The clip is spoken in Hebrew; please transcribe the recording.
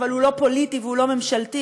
הוא לא פוליטי ולא ממשלתי,